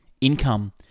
income